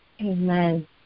amen